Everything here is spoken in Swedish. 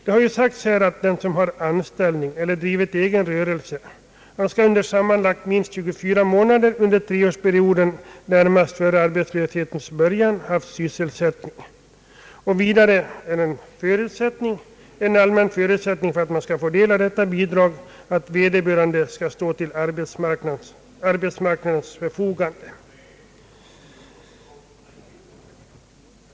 Det har sagts här att den som har anställning eller drivit egen rörelse skall ha haft sysselsättning under sammanlagt minst 24 månader under treårsperioden närmast före arbetslöshetens början, för att kunna få bidrag. En allmän förutsättning för att man skall få del av detta bidrag är vidare att vederbörande skall stå till arbetsmarknadens förfogande.